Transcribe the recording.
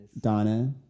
Donna